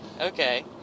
Okay